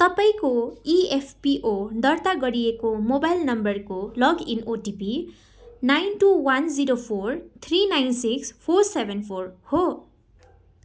तपाईँको इएफपिओ दर्ता गरिएको मोबाइल नम्बरको login OTP nine two one zero four three nine six four seven four हो